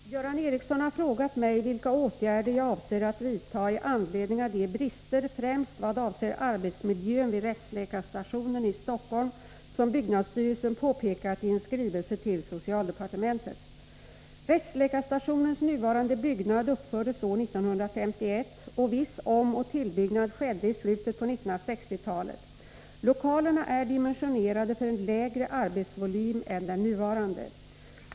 Herr talman! Göran Ericsson har frågat mig vilka åtgärder jag avser att vidta i anledning av de brister främst vad avser arbetsmiljön vid rättsläkarstationen i Stockholm som byggnadsstyrelsen påpekat i en skrivelse till socialdepartementet. Rättsläkarstationens nuvarande byggnad uppfördes år 1951 och viss omoch tillbyggnad skedde i slutet på 1960-talet. Lokalerna är dimensionerade för en lägre arbetsvolym än den nuvarande.